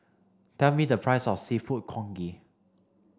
tell me the price of Seafood Congee